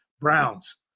Browns